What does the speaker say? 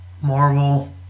Marvel